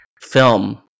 film